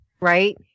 right